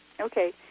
Okay